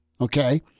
Okay